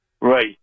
Right